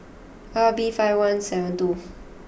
R B five one seven two